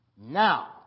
now